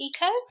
eco